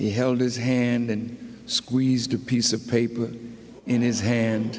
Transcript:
he held his hand and squeezed a piece of paper in his hand